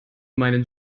meinen